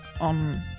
on